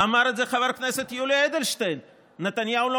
אמר את זה חבר הכנסת יולי אדלשטיין: נתניהו לא